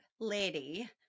lady